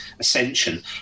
Ascension